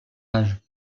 âge